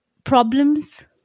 problems